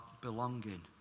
belonging